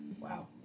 Wow